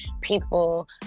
people